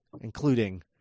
including